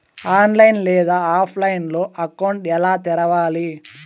online లేదా ఆఫ్లైన్లో account ఎలా తెరవాలి